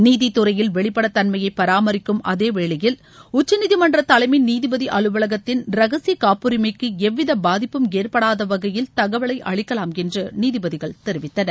நீதித்துறையில் வெளிப்படைத் தன்மையை பராமரிக்கும் அதேவேளையில் உச்சநீதிமன்ற தலைமை நீதிபதி அலுவலுகத்தின் ரகசிய காப்பரிமைக்கு எவ்வித பாதிப்பும் ஏற்படாத வகையில் தகவலை அளிக்கலாம் என்றம் நீதிபதிகள் தெரிவித்தனர்